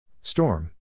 Storm